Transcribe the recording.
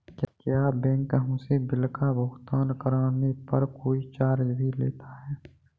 क्या बैंक हमसे बिल का भुगतान करने पर कोई चार्ज भी लेता है?